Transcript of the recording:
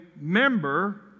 member